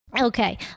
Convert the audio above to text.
Okay